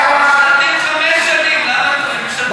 למה הם צריכים רק 17 חודשים?